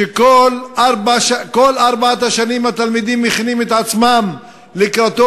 שכל ארבע השנים התלמידים מכינים את עצמם לקראתו,